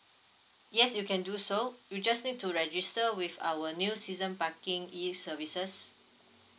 yes you can do so you just need to register with our new season parking E services